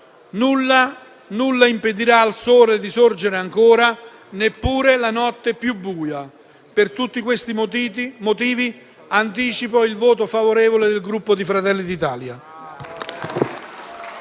«Nulla impedirà al sole di sorgere ancora, neppure la notte più buia». Per tutti questi motivi, anticipo il voto favorevole del Gruppo Fratelli d'Italia.